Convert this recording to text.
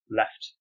left